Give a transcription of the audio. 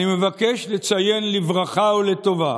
אני מבקש לציין לברכה ולטובה